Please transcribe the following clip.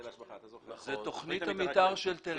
זו תכנית המתאר של תל-אביב.